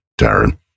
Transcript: Darren